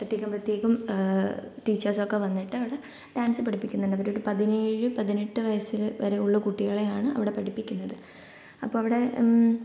പ്രത്യേകം പ്രത്യേകം ടീച്ചേഴ്സൊക്കെ വന്നിട്ട് അവിടെ ഡാൻസ് പഠിപ്പിക്കുന്നുണ്ട് അവരൊരു പതിനേഴ് പതിനെട്ട് വയസ്സില് വരെയുള്ള കുട്ടികളെയാണ് അവിടെ പഠിപ്പിക്കുന്നത് അപ്പോൾ അവിടെ